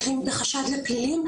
מקרים של חשד לפלילים.